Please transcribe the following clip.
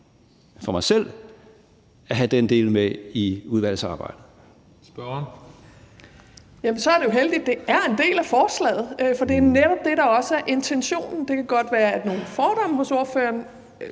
Sofie Carsten Nielsen (RV): Jamen så er det jo heldigt, at det er en del af forslaget. Det er netop det, der er intentionen. Det kan godt være, at nogle fordomme hos ordføreren